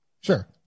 Sure